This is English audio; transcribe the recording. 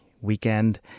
weekend